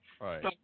Right